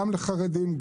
גם לחרדים,